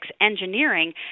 engineering